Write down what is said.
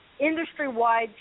industry-wide